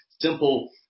simple